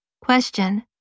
Question